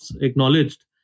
acknowledged